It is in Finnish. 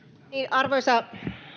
arvoisa